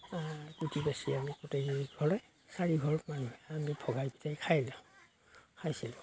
কুটি বাছি আমি গোটেই কিঘৰে চাৰিঘৰ মানুহে আমি ভগাই পিটাই খাইলোঁ খাইছিলোঁ